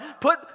Put